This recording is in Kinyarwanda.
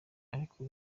ariko